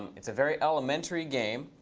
it's a very elementary game.